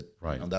Right